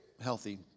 healthy